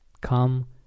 come